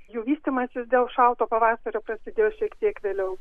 jų vystymasis dėl šalto pavasario prasidėjo šiek tiek vėliau